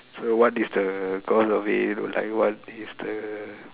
so what is the course of it like what is the